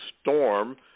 storm